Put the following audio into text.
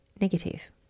negative